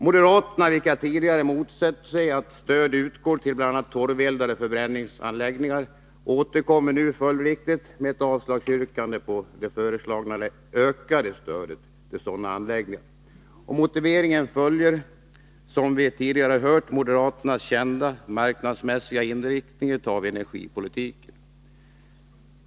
Moderaterna, vilka tidigare motsatt sig att stöd utgår till bl.a. torveldade förbränningsanläggningar, återkommer följdriktigt med ett yrkande om avslag på det nu föreslagna ökade stödet till sådana anläggningar. Motiveringen följer, som vi tidigare har hört, moderaternas kända marknadsmässiga inriktning av energipolitiken.